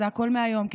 זה הכול מהיום,